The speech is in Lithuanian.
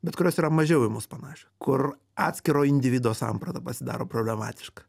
bet kurios yra mažiau į mus panašios kur atskiro individo samprata pasidaro problematiška